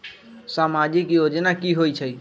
समाजिक योजना की होई छई?